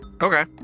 Okay